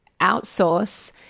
outsource